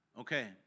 Okay